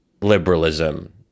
liberalism